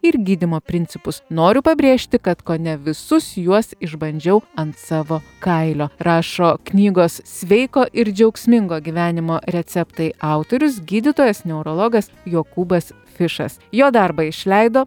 ir gydymo principus noriu pabrėžti kad kone visus juos išbandžiau ant savo kailio rašo knygos sveiko ir džiaugsmingo gyvenimo receptai autorius gydytojas neurologas jokūbas fišas jo darbą išleido